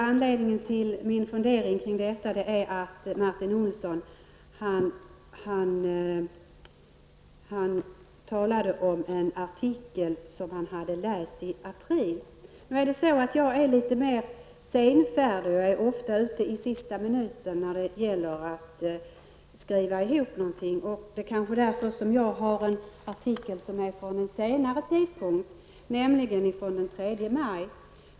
Anledningen till min fundering om detta är att Martin Olsson talade om en artikel som han hade läst i april. Jag är litet senfärdig och ofta ute i sista minuten när jag skall skriva något. Det är kanske därför som jag har en artikel som är från en senare tidpunkt, nämligen från den 3 maj.